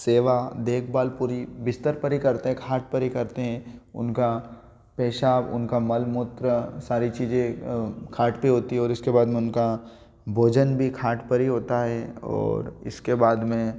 सेवा देखभाल पूरी बिस्तर पर ही करते हैं खाट पर ही करते हैं उनका पेशाब उनका मल मूत्र सारी चीजे खाट पर होती और इसके बाद में उनका भोजन भी खाट पर ही होता है और इसके बाद में